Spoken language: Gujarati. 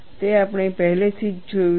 તે આપણે પહેલેથી જ જોયું છે